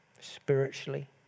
Spiritually